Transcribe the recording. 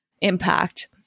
impact